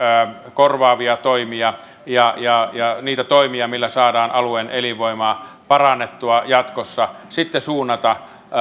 korvaavia toimia ja ja niitä toimia millä saadaan alueen elinvoimaa parannettua jatkossa suunnata